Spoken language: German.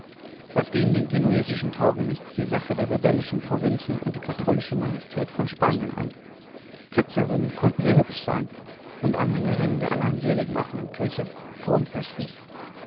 was ging den genuesischen taugenichts die sache der rebellischen provinzen und der katholischen majestät von spanien an ketzerinnen konnten sehr hübsch sein und anhängerinnen der alleinseligmachenden kirche